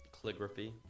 calligraphy